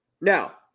Now